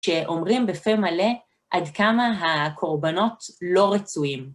שאומרים בפה מלא עד כמה הקורבנות לא רצויים.